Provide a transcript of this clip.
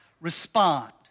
respond